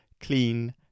clean